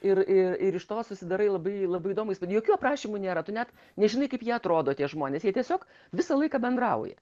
ir ir ir iš to susidarai labai labai įdomų įspūdį jokių aprašymų nėra tu net nežinai kaip jie atrodo tie žmonės jie tiesiog visą laiką bendrauja